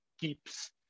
keeps